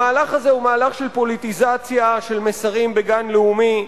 המהלך הזה הוא מהלך של פוליטיזציה של מסרים בגן לאומי,